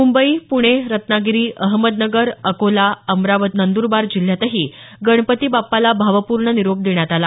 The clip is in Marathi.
मुंबई पुणे रत्नागिरी अहमदनगर अकोला अमरावती नंदुरबार जिल्ह्यातही गणपती बाप्पाला भावपूर्ण निरोप देण्यात आला